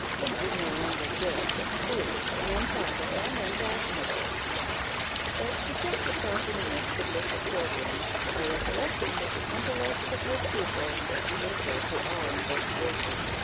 then it was no longer good, but foolish, and improper, and unfashionable but she checked herself in the midst of this exordium, by recollecting that the intellects of her pupil were unequal to all investigation,